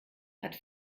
hat